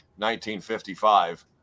1955